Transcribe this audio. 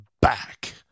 back